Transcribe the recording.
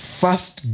first